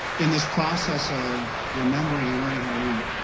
in this process of remembering and learning how to remember